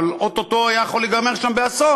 אבל או-טו-טו זה היה יכול להיגמר שם באסון.